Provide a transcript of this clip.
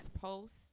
post